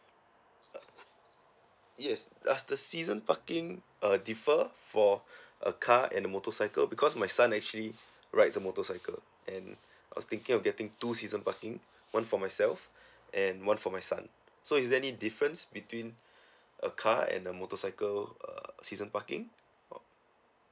uh yes does the season parking uh differ for a car and a motorcycle because my son actually rides a motorcycle and I was thinking of getting two season parking one for myself and one for my son so is there any difference between a car and a motorcycle uh season parking